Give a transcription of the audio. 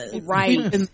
Right